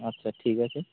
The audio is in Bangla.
আচ্ছা ঠিক আছে